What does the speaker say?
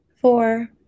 four